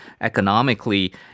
economically